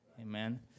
Amen